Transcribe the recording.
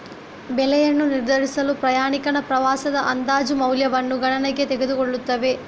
ಬೆಲೆಯನ್ನು ನಿರ್ಧರಿಸಲು ಪ್ರಯಾಣಿಕನ ಪ್ರವಾಸದ ಅಂದಾಜು ಮೌಲ್ಯವನ್ನು ಗಣನೆಗೆ ತೆಗೆದುಕೊಳ್ಳುತ್ತವೆ